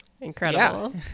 Incredible